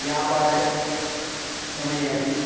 व्यापारे समये अपि